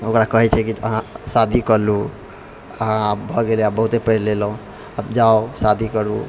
ओकरा कहै छै कि अहाँ शादी कर लू अहाँ भऽ गेलै आब बहुते पढ़ि लेलहुँ आब जाउ शादी करू